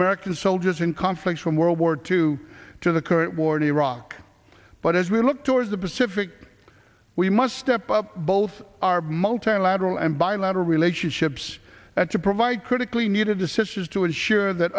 american soldiers in conflicts from world war two to the current war in iraq but as we look towards the pacific we must step up both our multilateral and bilateral relationships and to provide critically needed assistance to ensure that